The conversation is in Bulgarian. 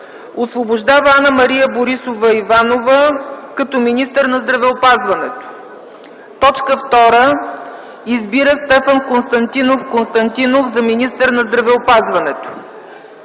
Освобождава Анна-Мария Борисова Иванова като министър на здравеопазването. 2. Избира Стефан Константинов Константинов за министър на здравеопазването.”